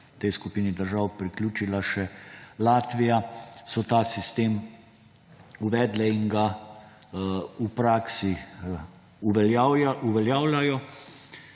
tej skupini držav priključila še Latvija – ta sistem uvedlo in ga v praksi uveljavljajo,